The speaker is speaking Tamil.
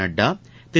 நட்டா திரு